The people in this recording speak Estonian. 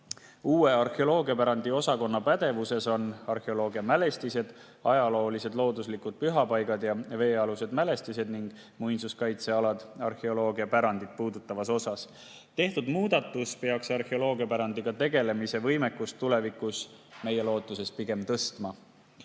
Uue arheoloogiapärandi osakonna pädevuses on arheoloogiamälestised, ajaloolised looduslikud pühapaigad ja veealused mälestised ning muinsuskaitsealad arheoloogiapärandit puudutavas osas. Tehtud muudatus peaks arheoloogiapärandiga tegelemise võimekust tulevikus meie lootuse järgi pigem tõstma.